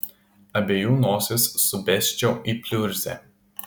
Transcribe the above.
abiejų nosis subesčiau į pliurzę